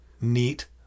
neat